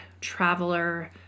traveler